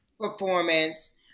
Performance